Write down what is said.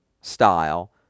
style